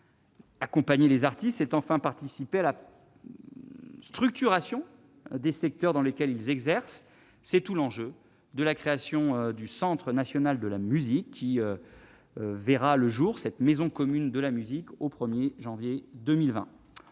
accompagner les artistes, c'est participer à la structuration des secteurs dans lesquels ils exercent. Là est tout l'enjeu de la création du Centre national de la musique. Cette maison commune de la musique verra le jour